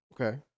Okay